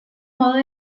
modo